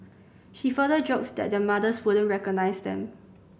she further joked that their mothers wouldn't recognise them